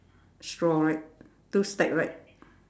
straw right two stack right